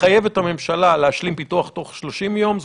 מחייבת את הממשלה להשלים פיתוח תוך 30 יום.